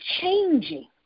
changing